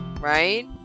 right